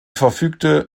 verfügte